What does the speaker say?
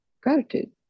gratitude